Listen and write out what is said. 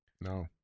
no